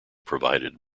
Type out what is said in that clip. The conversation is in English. provided